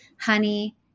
honey